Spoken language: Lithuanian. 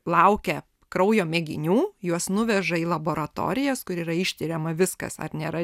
laukia kraujo mėginių juos nuveža į laboratorijas kur yra ištiriama viskas ar nėra